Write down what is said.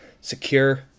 secure